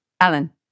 Alan